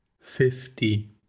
fifty